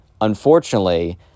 unfortunately